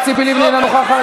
ציפי לבני, אינה נוכחת,